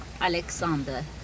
Alexander